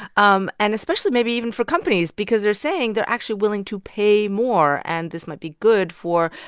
um and especially maybe even for companies because they're saying they're actually willing to pay more. and this might be good for,